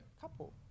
couple